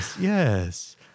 Yes